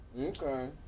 Okay